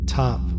top